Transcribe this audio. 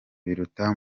biruta